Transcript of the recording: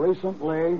Recently